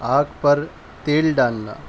آگ پر تیل ڈالنا